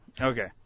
Okay